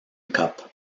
cup